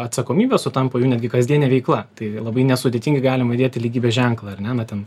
atsakomybės sutampa jų netgi kasdienė veikla tai labai nesudėtingai galima įdėti lygybės ženklą ar ne na ten